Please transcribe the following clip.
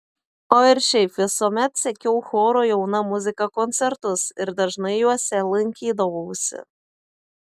o ir šiaip visuomet sekiau choro jauna muzika koncertus ir dažnai juose lankydavausi